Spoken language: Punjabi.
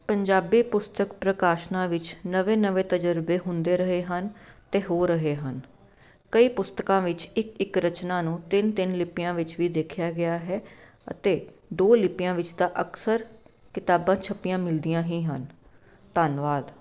ਪੰਜਾਬੀ ਪੁਸਤਕ ਪ੍ਰਕਾਸ਼ਨਾ ਵਿੱਚ ਨਵੇਂ ਨਵੇਂ ਤਜਰਬੇ ਹੁੰਦੇ ਰਹੇ ਹਨ ਅਤੇ ਹੋ ਰਹੇ ਹਨ ਕਈ ਪੁਸਤਕਾਂ ਵਿੱਚ ਇੱਕ ਇੱਕ ਰਚਨਾ ਨੂੰ ਤਿੰਨ ਤਿੰਨ ਲਿਪੀਆਂ ਵਿੱਚ ਵੀ ਦੇਖਿਆ ਗਿਆ ਹੈ ਅਤੇ ਦੋ ਲਿਪੀਆਂ ਵਿੱਚ ਤਾਂ ਅਕਸਰ ਕਿਤਾਬਾਂ ਛਪੀਆਂ ਮਿਲਦੀਆਂ ਹੀ ਹਨ ਧੰਨਵਾਦ